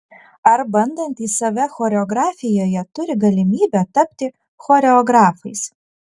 ar bandantys save choreografijoje turi galimybę tapti choreografais